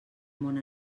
món